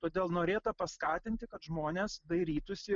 todėl norėta paskatinti kad žmonės dairytųsi